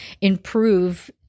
improve